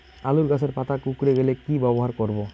আলুর গাছের পাতা কুকরে গেলে কি ব্যবহার করব?